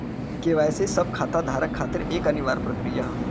KYC सब खाता धारक खातिर एक अनिवार्य प्रक्रिया हौ